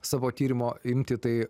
savo tyrimo imtį tai